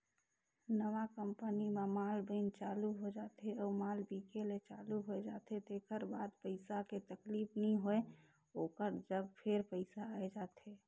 नवा कंपनी म माल बइन चालू हो जाथे अउ माल बिके ले चालू होए जाथे तेकर बाद पइसा के तकलीफ नी होय ओकर जग फेर पइसा आए जाथे